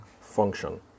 function